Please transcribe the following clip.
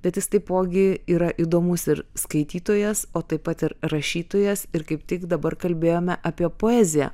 bet jis taipogi yra įdomus ir skaitytojas o taip pat ir rašytojas ir kaip tik dabar kalbėjome apie poeziją